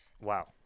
Wow